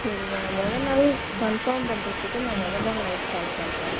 சரிங்க நான் மொதல் நாள் கன்ஃபார்ம் பண்ணுறத்துக்கு நான் மொதல் நாள் நைட் கால் பண்ணுறேன்